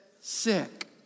sick